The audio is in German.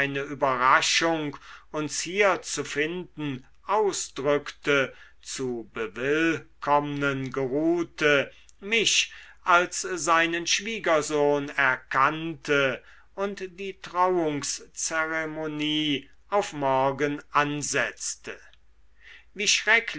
überraschung uns hier zu finden ausdrückte zu bewillkommnen geruhte mich als seinen schwiegersohn erkannte und die trauungszeremonie auf morgen ansetzte wie